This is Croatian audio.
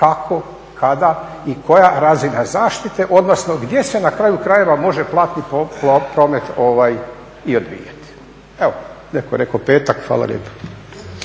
kako, kada i koja razina zaštite, odnosno gdje se na kraju krajeva može platni promet i odvijati. Evo, netko je rekao petak je, hvala lijepo.